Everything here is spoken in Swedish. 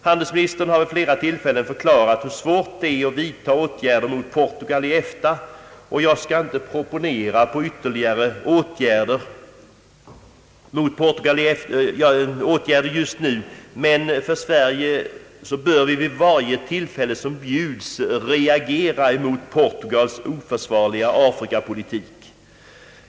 Handelsministern har vid flera tillfällen förklarat hur svårt det är att vidta åtgärder mot Portugal i EFTA, och jag skall inte proponera på ytterligare åtgärder just nu. Men Sverige bör vid varje tillfälle som bjuds reagera mot Portugals oförsvarliga afrikapolitik.